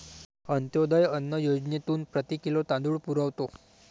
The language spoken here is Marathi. अंत्योदय अन्न योजनेतून प्रति किलो तांदूळ पुरवतो